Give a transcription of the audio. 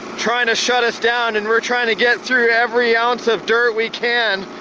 trying to shut us down and we're trying to get through every ounce of dirt we can,